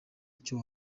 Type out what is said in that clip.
icyo